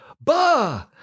Bah